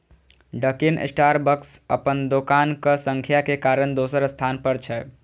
Dunkin Starbucks अपन दोकानक संख्या के कारण दोसर स्थान पर छै